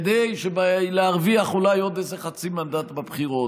כדי להרוויח אולי עוד איזה חצי מנדט בבחירות.